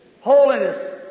holiness